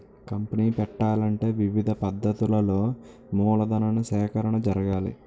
company పెట్టాలంటే వివిధ పద్ధతులలో మూలధన సేకరణ జరగాలి